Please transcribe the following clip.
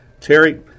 Terry